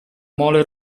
mole